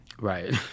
Right